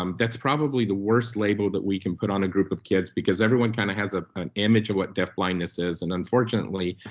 um that's probably the worst label that we can put on a group of kids, because everyone kind of has ah an image of what deaf-blindness is, and unfortunately,